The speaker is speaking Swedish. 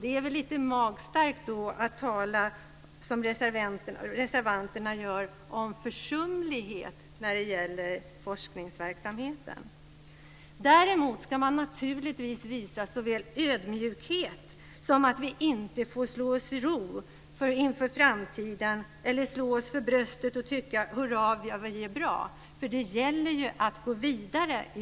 Det är väl lite magstarkt att då, som reservanterna gör, tala om försumlighet när det gäller forskningsverksamheten. Däremot, fru talman, ska man naturligtvis visa ödmjukhet och aldrig slå sig i ro inför framtiden eller slå sig för bröstet och tycka: Hurra vad vi är bra. Det gäller att gå vidare.